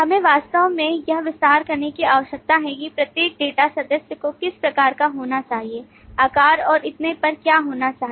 हमें वास्तव में यह विस्तार करने की आवश्यकता है कि प्रत्येक डेटा सदस्य को किस प्रकार का होना चाहिए आकार और इतने पर क्या होना चाहिए